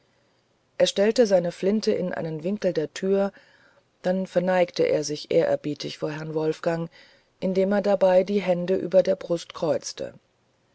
er stellte seine flinte in einen winkel an der tür dann verneigte er sich ehrerbietig vor herrn wolfgang indem er dabei die hände über der brust kreuzte